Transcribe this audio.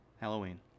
Halloween